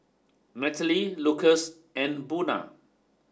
Nataly Lucas and Buna